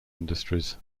industries